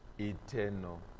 eternal